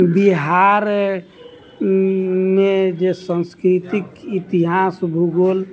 बिहार मे जे साँस्कृतिक इतिहास भूगोल